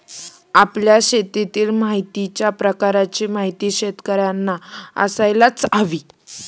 आपल्या शेतातील मातीच्या प्रकाराची माहिती शेतकर्यांना असायला हवी